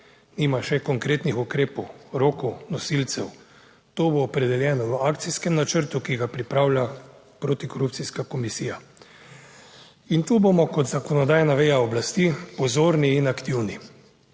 nima še konkretnih ukrepov, rokov nosilcev. To bo opredeljeno v akcijskem načrtu, ki ga pripravlja protikorupcijska komisija in tu bomo kot zakonodajna veja oblasti pozorni in aktivni.